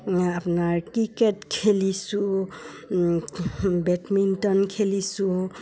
আপোনাৰ ক্ৰিকেট খেলিছোঁ বেডমিণ্টন খেলিছোঁ